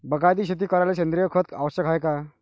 बागायती शेती करायले सेंद्रिय खत आवश्यक हाये का?